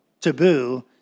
taboo